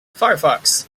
firefox